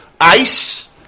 Ice